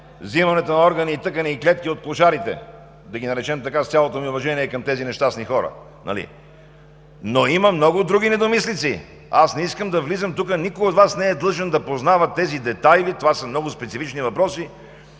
вземането на органи, тъкани и клетки от клошарите – да ги наречем така, с цялото ми уважение към тези нещастни хора. Има и много други недомислици. Не искам да влизам тук… Никой от Вас не е длъжен да познава тези детайли. Това са много специфични въпроси.